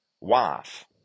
wife